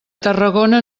tarragona